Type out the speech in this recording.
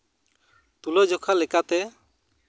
ᱛᱩᱞᱟᱹᱡᱚᱠᱷᱟ ᱞᱮᱠᱟᱛᱮ